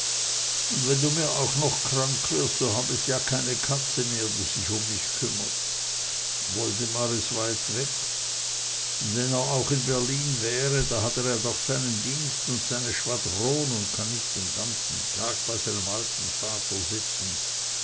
und wenn du mir auch noch krank wirst so hab ich ja keine katze mehr die sich um mich kümmert woldemar is weit weg und wenn er auch in berlin wäre da hat er ja doch seinen dienst und seine schwadron und kann nich den ganzen tag bei seinem alten vater sitzen